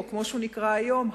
או כמו שהוא נקרא היום,